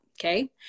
Okay